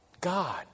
God